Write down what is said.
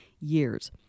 years